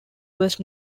was